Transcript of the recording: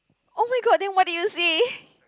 [oh]-my-god then what did you say